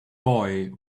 boy